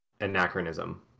anachronism